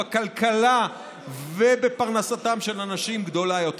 בכלכלה ובפרנסתם של אנשים גדולה יותר.